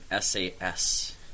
SAS